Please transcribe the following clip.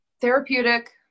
therapeutic